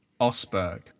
Osberg